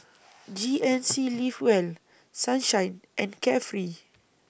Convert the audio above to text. G N C Live Well Sunshine and Carefree